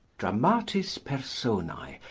dramatis personae.